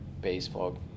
baseball